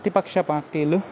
ప్రతిపక్ష పార్టీలు